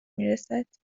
میرسد